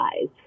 size